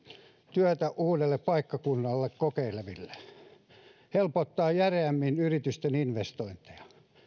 työtä uudella paikkakunnalla kokeileville kaksi helpottaa järeämmin yritysten investointeja